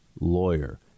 lawyer